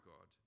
God